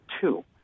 two